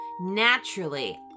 Naturally